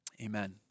amen